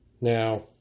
now